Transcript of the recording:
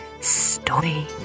Story